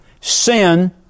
sin